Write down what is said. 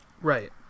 Right